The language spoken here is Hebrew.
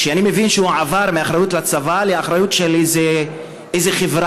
שאני מבין שהוא עבר מאחריות הצבא לאחריות של איזו חברה.